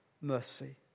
mercy